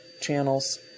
channels